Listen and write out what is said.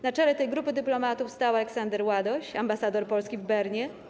Na czele tej grupy dyplomatów stał Aleksander Ładoś - ambasador Polski w Bernie.